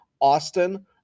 Austin